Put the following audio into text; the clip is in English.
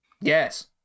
Yes